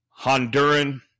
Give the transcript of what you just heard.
Honduran